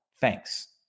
Thanks